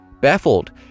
Baffled